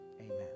Amen